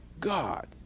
God